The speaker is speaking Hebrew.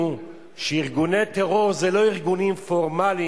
זה סתימת פיות, כי מה זה זכות